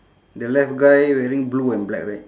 the left guy wearing blue and black right